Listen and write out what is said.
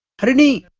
harini.